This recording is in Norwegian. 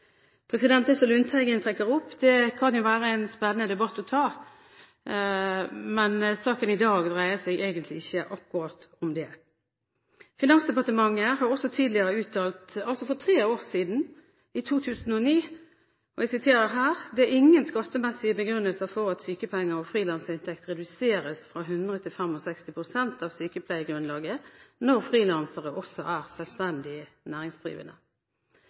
Det som Lundteigen trekker opp, kan være en spennende debatt å ta, men saken i dag dreier seg egentlig ikke akkurat om det. Finansdepartementet har også tidligere uttalt, i 2009 – altså for tre år siden: «… det er ingen skattemessige begrunnelser for at sykepenger og frilansinntekt reduseres fra 100 til 65 prosent av sykepengegrunnlaget når frilansere også er selvstendig næringsdrivende.»